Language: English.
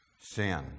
sin